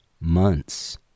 months